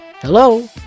hello